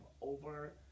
over